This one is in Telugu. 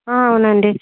అవునండి